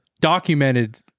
documented